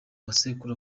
bisekuru